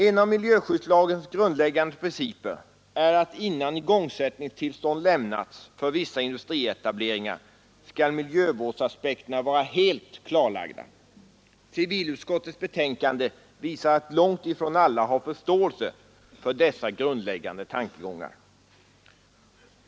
En av miljöskyddslagens grundläggande principer är att innan igångsättningstillstånd lämnas för vissa industrietableringar skall miljövårdsaspekterna vara helt klarlagda. Civilutskottets betänkande visar att långt ifrån alla har förståelse för dessa grundläggande tankegångar.